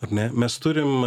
ar ne mes turim